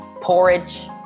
porridge